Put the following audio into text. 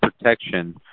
protection